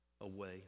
away